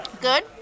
Good